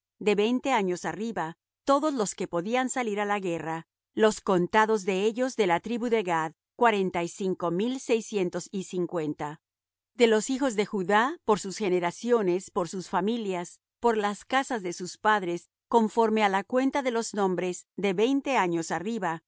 de veinte años arriba todos los que podían salir á la guerra los contados de ellos de la tribu de gad cuarenta y cinco mil seiscientos y cincuenta de los hijos de judá por sus generaciones por sus familias por las casas de sus padres conforme á la cuenta de los nombres de veinte años arriba